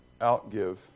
outgive